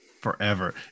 forever